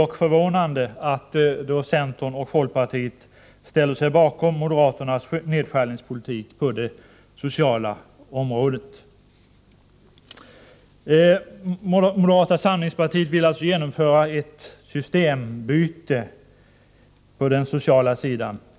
Det är förvånande att centern och folkpartiet ställer sig bakom moderaternas nedskärningspolitik på det sociala området. Moderata samlingspartiet vill alltså genomföra ett systembyte på den sociala sidan.